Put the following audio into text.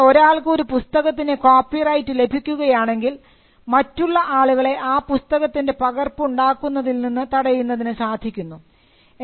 അതുപോലെതന്നെ ഒരാൾക്ക് ഒരു പുസ്തകത്തിന് കോപ്പിറൈറ്റ് ലഭിക്കുകയാണെങ്കിൽ മറ്റുള്ള ആളുകളെ ആ പുസ്തകത്തിൻറെ പകർപ്പ് ഉണ്ടാക്കുന്നതിൽ നിന്നും തടയുന്നതിന് സാധിക്കുന്നു